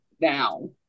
now